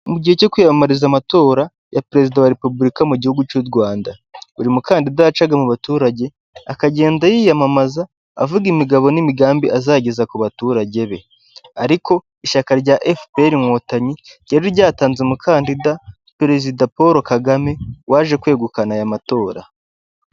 Mu gihe cyo kwiyamamariza amatora ya perezida wa repubulika mu gihugu cy'u Rwanda, buri mukandida yacaga mu baturage, akagenda yiyamamaza, avuga imigabo n'imigambi azageza ku baturage be, ariko ishyaka rya FPR Inkotanyi ryari ryatanze umukandida perezida Paul Kagame, waje kwegukana aya matora.